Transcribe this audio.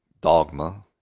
dogma